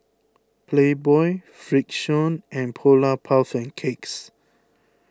Playboy Frixion and Polar Puff and Cakes